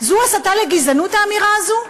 זו הסתה לגזענות, האמירה הזו?